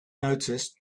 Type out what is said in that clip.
noticed